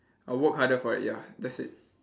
I work harder for it ya that's it